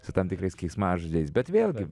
su tam tikrais keiksmažodžiais bet vėlgi